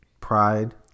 Pride